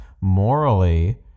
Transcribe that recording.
morally